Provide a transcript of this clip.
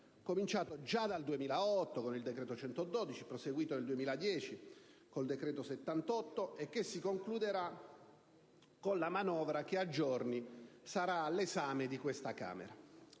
cominciato già dal 2008, con il decreto n. 112, proseguito con il decreto n. 78 del 2010, e che si concluderà con la manovra che a giorni sarà all'esame di questa Camera.